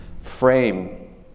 frame